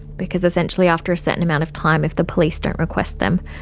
because essentially after a certain amount of time if the police don't request them,